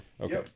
Okay